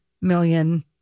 million